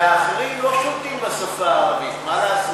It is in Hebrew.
והאחרים לא שולטים בשפה הערבית, מה לעשות?